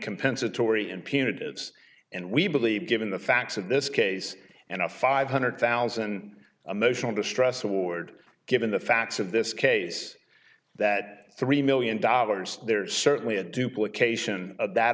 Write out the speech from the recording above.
compensatory and punitive and we believe given the facts of this case and a five hundred thousand a motion of distress award given the facts of this case that three million dollars there's certainly a duplications that